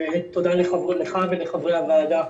ותודה לך ולחברי הוועדה.